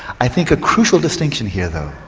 i think a crucial distinction here though,